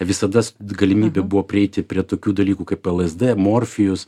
visados galimybė buvo prieiti prie tokių dalykų kaip lsd morfijus